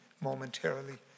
momentarily